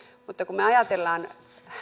kun ajatellaan sitä että